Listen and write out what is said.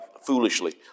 foolishly